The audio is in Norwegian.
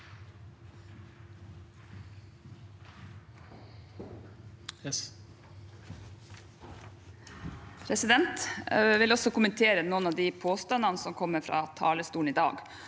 Jeg vil også kommentere noen av de påstandene som kommer fra talerstolen i dag.